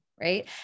right